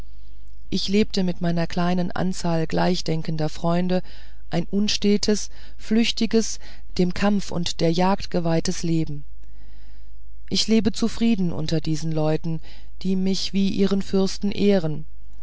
ich lebte mit meiner kleinen anzahl gleichdenkender freunde ein unstetes flüchtiges dem kampf und der jagd geweihtes leben ich lebe zufrieden unter diesen leuten die mich wie ihren fürsten ehren